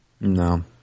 No